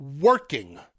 working